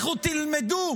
לכו תלמדו